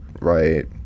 right